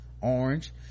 orange